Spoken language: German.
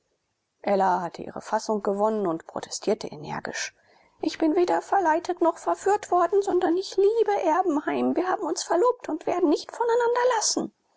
ella hatte ihre fassung gewonnen und protestierte energisch ich bin weder verleitet noch ver verführt worden sondern ich liebe erbenheim wir haben uns verlobt und werden nicht voneinander lassen